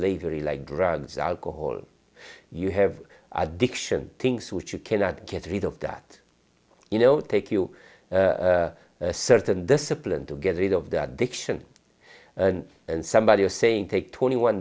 slavery like drugs alcohol you have addiction things which you cannot get rid of that you know take you a certain discipline to get rid of that addiction and somebody are saying take twenty one